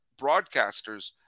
broadcasters